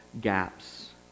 gaps